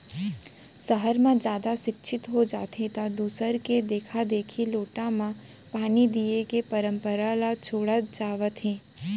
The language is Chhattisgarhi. सहर म जादा सिक्छित हो जाथें त दूसर के देखा देखी लोटा म पानी दिये के परंपरा ल छोड़त जावत हें